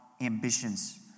ambitions